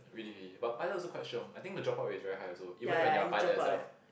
really really but pilot also quite shiong I think the drop off is very high also even when you are a pilot yourself